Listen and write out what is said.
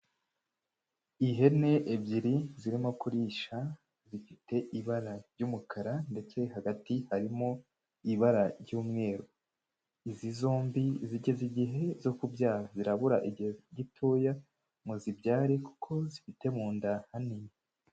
Ihene ebyiri zirimo kurisha zifite ibara ry'umukara ndetse hagati harimo ibara ry'umweru, izi zombi zigeze igihe zo kubyara, zirabura igihe gitoya ngo zibyare kuko zifite mu nda hanini.